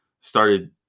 started